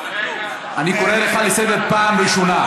אני קורא אותך לסדר פעם ראשונה.